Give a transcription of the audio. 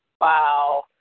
Wow